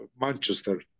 Manchester